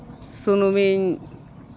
ᱥᱩᱱᱩᱢᱤᱧ